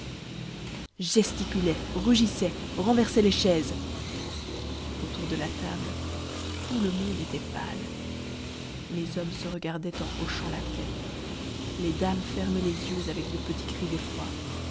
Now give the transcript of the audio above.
gesticulait rugissait renversait les chaises autour de la table tout le monde était pâle les hommes se regardaient en hochant la tête les dames fermaient les yeux avec de petits cris d'effroi